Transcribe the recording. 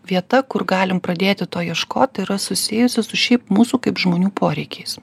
vieta kur galim pradėti to ieškoti yra susijusi su šiaip mūsų kaip žmonių poreikiais